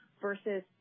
versus